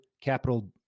capital